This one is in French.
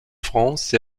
france